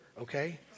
Okay